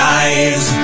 eyes